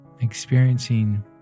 experiencing